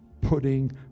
putting